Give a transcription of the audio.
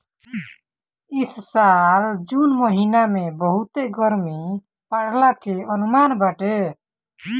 इ साल जून महिना में बहुते गरमी पड़ला के अनुमान बाटे